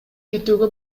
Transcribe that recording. кетүүгө